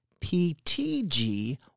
PTG